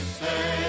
say